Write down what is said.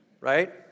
right